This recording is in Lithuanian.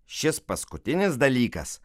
šis paskutinis dalykas